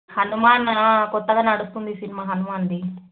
హనుమాన్ క్రొత్తగా నడుస్తుంది సినిమా హనుమాన్ది